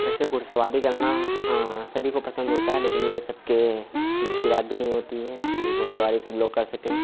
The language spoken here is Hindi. वैसे घुड़सवारी करना सभी को पसंद होता है लेकिन यह सबके बस की बात भी नहीं होती है कि घुड़सवारी सब लोग कर सकें